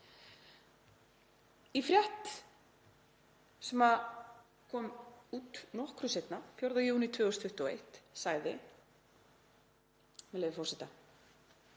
Í frétt sem kom út nokkru seinna, 4. júní 2021, sagði, með leyfi forseta: